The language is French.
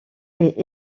est